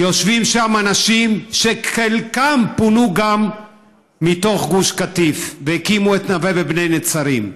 יושבים שם אנשים שחלקם פונו מגוש קטיף והקימו את נווה ובני נצרים.